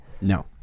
No